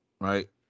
right